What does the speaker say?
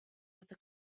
other